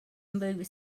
movie